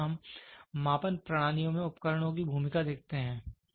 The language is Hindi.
तो अगला हम मापन प्रणालियों में उपकरणों की भूमिका देखते हैं